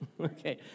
Okay